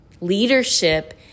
leadership